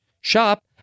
shop